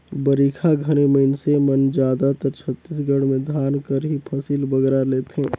बरिखा घनी मइनसे मन जादातर छत्तीसगढ़ में धान कर ही फसिल बगरा लेथें